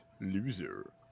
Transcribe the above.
loser